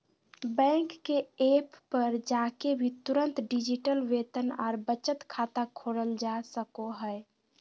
bank के app पर जाके भी तुरंत डिजिटल वेतन आर बचत खाता खोलल जा सको हय